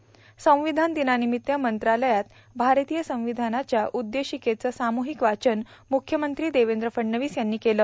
र्सांवधान दिर्नार्नामत्त मंत्रालयात भारतीय संवधानाच्या उद्देशिकेचं सार्मूाहक वाचन म्रख्यमंत्री देवद्र फडणवीस यांनी केलं